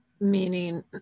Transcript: meaning